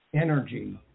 energy